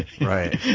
Right